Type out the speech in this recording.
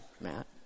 Matt